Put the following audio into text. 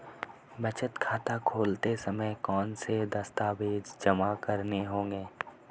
बचत खाता खोलते समय कौनसे दस्तावेज़ जमा करने होंगे?